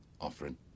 offering